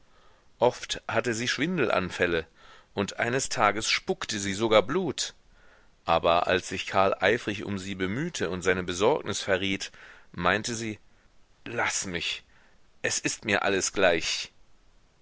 oft hatte sie schwindelanfälle und eines tages spuckte sie sogar blut aber als sich karl eifrig um sie bemühte und seine besorgnis verriet meinte sie laß mich es ist mir alles gleich